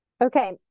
Okay